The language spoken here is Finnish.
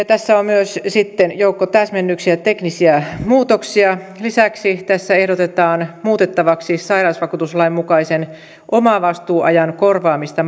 tässä on myös sitten joukko täsmennyksiä ja teknisiä muutoksia lisäksi tässä ehdotetaan muutettavaksi sairausvakuutuslain mukaisen omavastuuajan korvaamista